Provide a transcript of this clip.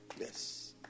Yes